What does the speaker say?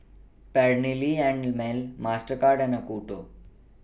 Perllini and Mel Mastercard and Acuto